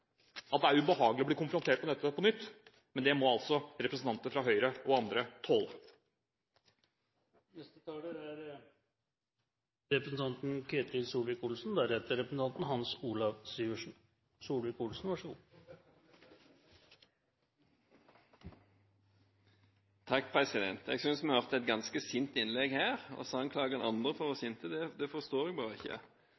nærmere, er det ubehagelig å bli konfrontert med dette på nytt. Men det må altså representanter fra Høyre og andre tåle. Jeg synes vi har hørt et ganske sint innlegg her, og så anklager man andre for å